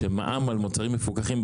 שמע"מ על מוצרים מפוקחים,